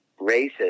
racist